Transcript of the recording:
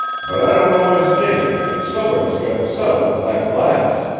but i don't know his name, and somebody's got to settle for that glass.